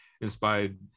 inspired